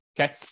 Okay